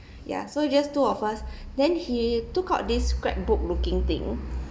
ya so it's just two of us then he took out this scrapbook looking thing